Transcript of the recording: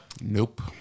Nope